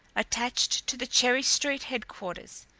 attached to the cherry street headquarters.